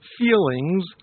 feelings